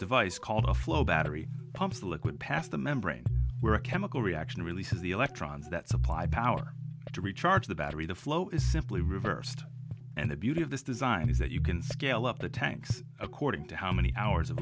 device called a flow battery pumps a liquid past the membrane where a chemical reaction releases the electrons that supply power to recharge the battery the flow is simply reversed and the beauty of this design is that you can scale up the tanks according to how many hours of